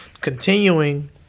continuing